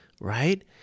right